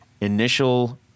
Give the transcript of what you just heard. initial